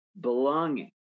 belonging